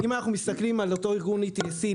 מסתכלים על ארגון ETSC,